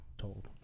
told